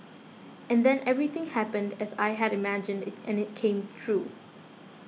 and then everything happened as I had imagined it and it came true